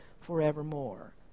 forevermore